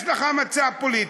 יש לך מצע פוליטי,